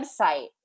website